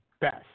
best